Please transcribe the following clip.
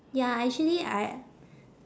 ya actually I